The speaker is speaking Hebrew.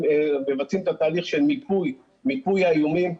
מבצעים את התהליך של מיפוי האיומים.